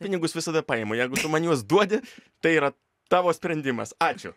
pinigus visada paimu jeigu tu man juos duodi tai yra tavo sprendimas ačiū